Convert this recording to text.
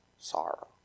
sorrow